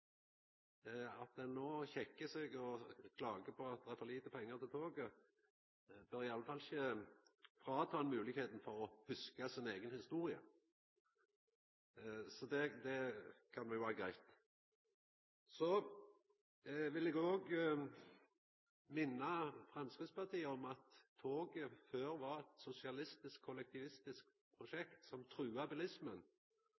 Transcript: At ein no kjekkar seg og klagar på at det er for lite pengar til toget, bør iallfall ikkje ta frå ein moglegheita for å hugsa si eiga historie. Det kan vera greitt. Så vil eg òg minna Framstegspartiet om at toget før var eit sosialistisk, kollektivistisk